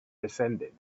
descended